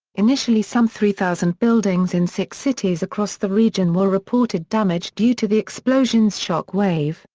initially some three thousand buildings in six cities across the region were reported damaged due to the explosion's shock wave,